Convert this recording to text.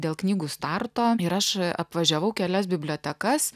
dėl knygų starto ir aš apvažiavau kelias bibliotekas